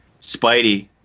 spidey